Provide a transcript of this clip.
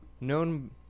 known